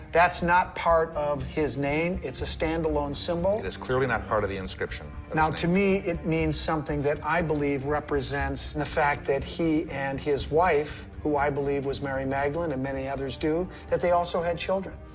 that's not part of his name. it's a stand-alone symbol. it is clearly not part of the inscription. now, to me, it means something that i believe represents and the fact that he and his wife who i believe was mary magdalene, and many others do that they also had children.